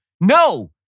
no